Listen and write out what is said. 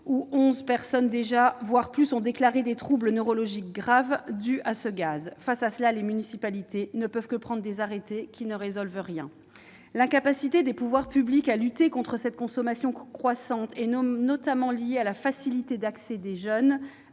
où onze personnes, peut-être plus, ont déjà déclaré des troubles neurologiques graves dus à ce gaz. Face à cela, les municipalités ne peuvent que prendre des arrêtés qui ne résolvent rien. L'incapacité des pouvoirs publics à lutter contre cette consommation croissante est notamment liée à la facilité d'accès des jeunes